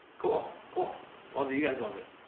cool. cool. well, you guys love it.